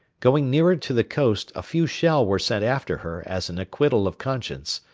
going nearer to the coast, a few shell were sent after her as an acquittal of conscience,